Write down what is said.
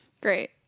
Great